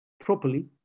Properly